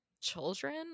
children